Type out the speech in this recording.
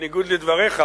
ובניגוד לדבריך,